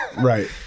Right